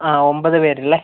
ആ ഒമ്പത് പേരല്ലേ